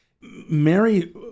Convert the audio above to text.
Mary